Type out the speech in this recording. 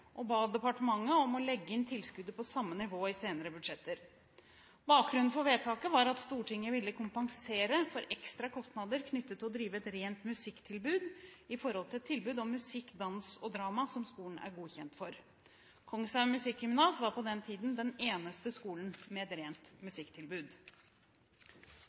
og ba departementet om å legge inn tilskuddet på samme nivå i senere budsjetter. Bakgrunnen for vedtaket var at Stortinget ville kompensere for ekstra kostnader knyttet til å drive et rent musikktilbud istedenfor et tilbud om musikk, dans og drama, som skolen er godkjent for. Kongshaug Musikkgymnas var på den tiden den eneste skolen med et rent